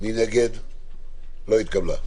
ההסתייגות לא התקבלה.